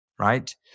Right